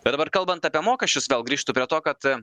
bet dabar kalbant apie mokesčius vėl grįžtu prie to kad